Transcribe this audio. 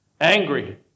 angry